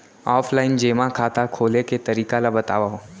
Offline जेमा खाता खोले के तरीका ल बतावव?